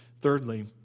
Thirdly